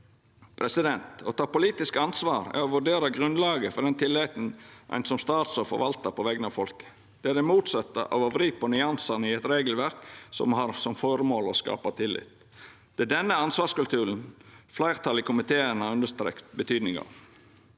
i 2023. Å ta politisk ansvar er å vurdera grunnlaget for den tilliten ein som statsråd forvaltar på vegner av folket. Det er det motsette av å vri på nyansane i eit regelverk som har som føremål å skapa tillit. Det er denne ansvarskulturen fleirtalet i komiteen har understreka betydninga av.